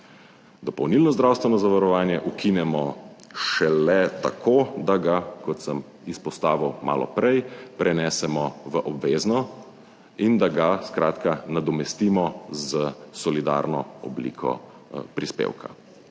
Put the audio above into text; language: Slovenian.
Dopolnilno zdravstveno zavarovanje ukinemo šele tako, da ga, kot sem izpostavil malo prej, prenesemo v obvezno in da ga, skratka, nadomestimo s solidarno obliko prispevka.